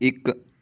ਇੱਕ